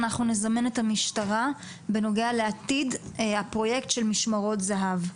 נזמן את המשטרה בנוגע לעתיד הפרויקט של משמרות זה"ב.